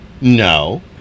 No